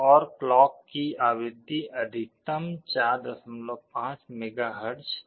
और क्लॉक की आवृत्ति अधिकतम 45 मेगाहर्ट्ज है